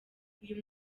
uyu